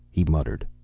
he muttered.